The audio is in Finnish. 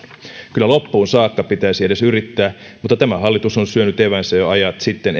kyllä loppuun saakka pitäisi edes yrittää mutta tämä hallitus on syönyt eväänsä jo ajat sitten